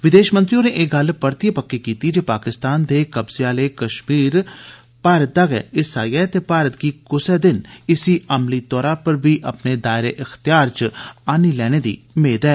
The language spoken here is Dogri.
विदेश मंत्री होरें ए गल्ल परतियै पक्की कीती पाकिस्तान दे कब्जे आला कश्मीर भारत दा गै हिस्सा ऐ ते भार गी क्सै दिन इसी अमली तौर पर बी अपने दायरे ए अख्तियार च आन्नी लैने दी मेद ऐ